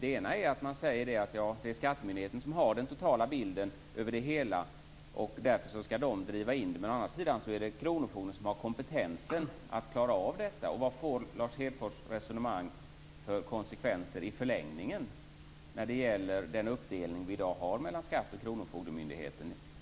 Å ena sidan säger man att det är skattemyndigheten som har den totala bilden över det hela och som därför skall driva in det. Å andra sidan är det kronofogdemyndigheten som har kompetensen att klara detta. Vilka konsekvenser får Lars Hedfors resonemang i förlängningen när det gäller den uppdelning vi i dag har mellan skatte och kronofogdemyndigheten?